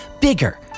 Bigger